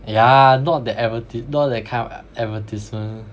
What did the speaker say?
yeah not that adver~ not that kind of advertisement